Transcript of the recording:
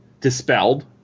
dispelled